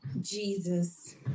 Jesus